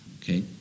okay